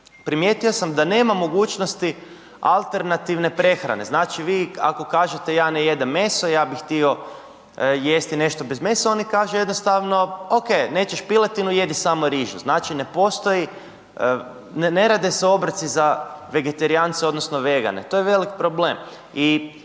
primijetio sam da nema mogućnosti alternativne prehrane, znači vi ako kažete ja ne jedem meso ja bi htio jesti nešto bez mesa, oni kažu jednostavno ok nećeš piletinu jedi samo rižu, znači ne postoji ne rade se obroci za vegetarijance odnosno vegane, to je velik problem.